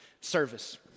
service